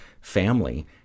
family